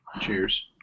Cheers